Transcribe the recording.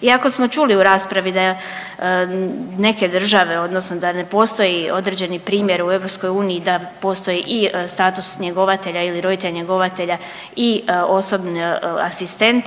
Iako smo čuli u raspravi da neke države, odnosno da ne postoji određeni primjer u EU da postoji i status njegovatelja ili roditelja njegovatelja i osobni asistent